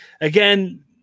again